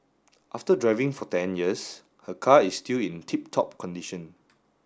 after driving for ten years her car is still in tip top condition